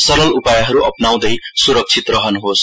सरल उपायहहरू अपनाउँदै सुरक्षित रहनुहोस्